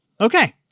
Okay